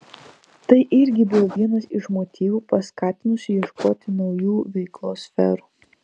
tai irgi buvo vienas iš motyvų paskatinusių ieškoti naujų veiklos sferų